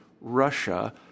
Russia